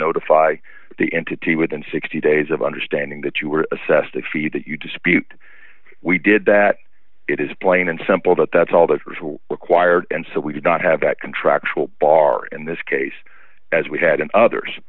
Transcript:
notify the entity within sixty days of understanding that you were assessed a fee that you dispute we did that it is plain and simple that that's all that's required and so we did not have that contractual bar in this case as we had and others